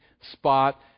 spot